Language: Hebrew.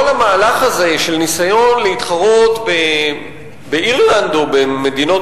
כל המהלך הזה של ניסיון להתחרות באירלנד או במדינות